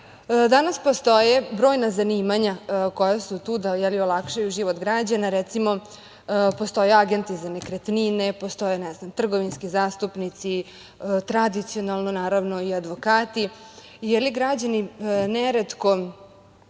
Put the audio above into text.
danas postoje brojna zanimanja koja su tu da olakšaju život građana. Recimo, postoje agenti za nekretnine, postoje trgovinski zastupnici, tradicionalno, naravno, i advokati. Građani neretko